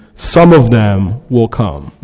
some of them will calm.